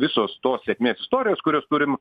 visos tos sėkmės istorijos kurios turim